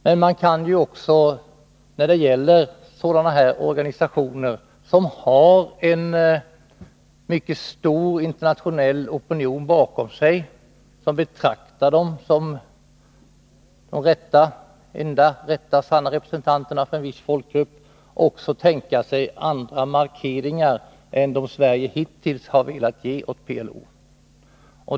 Men när det gäller sådana här organisationer, som har en mycket stark internationell opinion bakom sig som betraktar dem som de enda sanna representanterna för en viss folkgrupp, kan man också tänka sig andra markeringar än den Sverige hittills har velat ge i fråga om PLO.